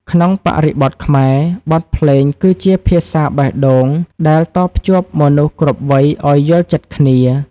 ក្នុងបរិបទខ្មែរ បទភ្លេងគឺជាភាសាបេះដូងដែលតភ្ជាប់មនុស្សគ្រប់វ័យឱ្យយល់ចិត្តគ្នា។